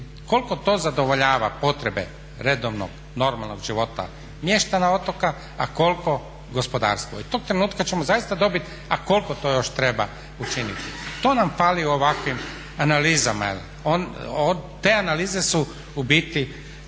koliko to zadovoljava potrebe redovnog, normalnog života mještana otoka a koliko gospodarstvo. I tog trenutka ćemo zaista dobiti, a koliko to još treba učiniti. To nam fali u ovakvim analizama, jer te analize su u biti